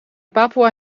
papoea